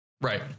Right